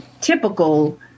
typical